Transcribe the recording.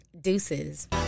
Deuces